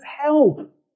help